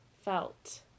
felt